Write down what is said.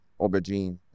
aubergine